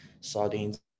sardines